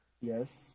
Yes